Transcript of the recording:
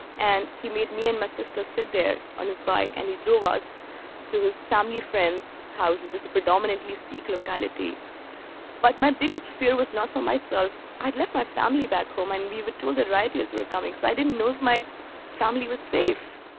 and he made me and my sister sit there on his bike, and he drew us to his family friend's house, which is a predominantly sikh locality but my biggest fear was not for myself. i'd left my family back home and leave it till the writers were coming. so i didn't know if my family was safe.